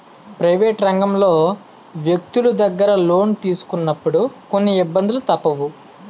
private రంగంలో వ్యక్తులు దగ్గర లోను తీసుకున్నప్పుడు కొన్ని ఇబ్బందులు తప్పవు